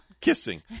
kissing